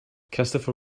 christopher